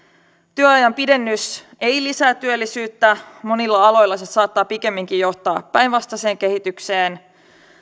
työajan pidennys ei lisää työllisyyttä monilla aloilla se saattaa pikemminkin johtaa päinvastaiseen kehitykseen